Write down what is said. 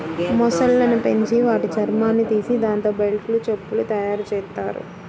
మొసళ్ళను పెంచి వాటి చర్మాన్ని తీసి దాంతో బెల్టులు, చెప్పులు తయ్యారుజెత్తారు